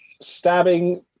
stabbing